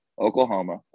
Oklahoma